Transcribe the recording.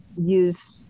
use